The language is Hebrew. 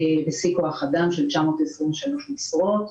בשיא כוח אדם של 923 משרות.